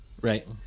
Right